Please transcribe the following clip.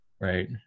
right